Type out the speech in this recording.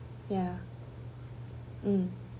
ya mm